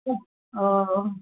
तें